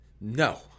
No